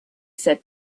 said